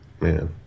man